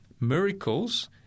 miracles—